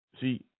See